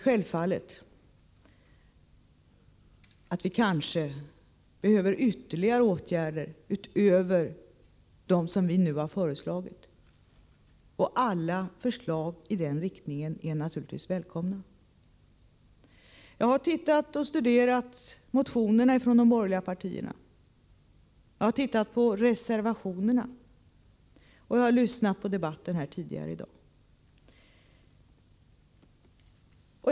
Självfallet behöver vi kanske vidta ytterligare åtgärder utöver dem som vi nu har föreslagit, och alla förslag i den riktningen är naturligtvis välkomna. Jag har studerat motionerna från de borgerliga partierna. Jag har tittat på reservationerna, och jag har lyssnat på debatten här tidigare i dag.